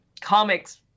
comics